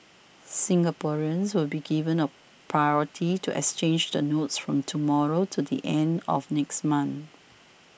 Singaporeans will be given a priority to exchange the notes from tomorrow to the end of next month